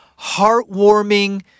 heartwarming